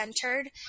centered